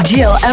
Jill